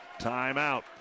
timeout